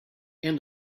and